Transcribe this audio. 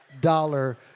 dollar